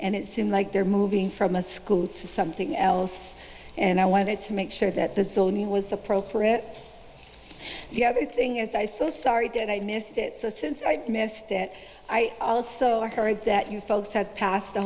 and it seemed like they're moving from a school to something else and i wanted to make sure that the zoning was appropriate the other thing is i so sorry again i missed it so since i missed it i also heard that you folks had passed